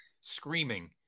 screaming